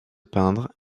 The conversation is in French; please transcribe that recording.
peindre